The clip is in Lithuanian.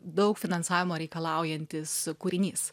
daug finansavimo reikalaujantis kūrinys